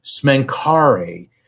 Smenkari